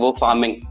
farming